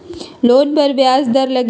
Loan पर ब्याज दर लगी?